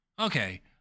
Okay